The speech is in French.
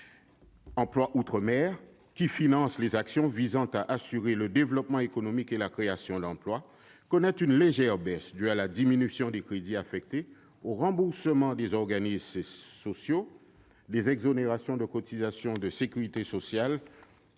« Emploi outre-mer », qui finance les actions visant à assurer le développement économique et la création d'emplois, connaît une légère baisse due à la diminution des crédits affectés au remboursement aux organismes sociaux des exonérations de cotisations de sécurité sociale